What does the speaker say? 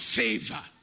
favor